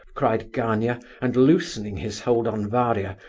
cried gania and, loosening his hold on varia,